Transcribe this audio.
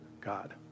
God